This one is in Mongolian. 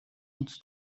онц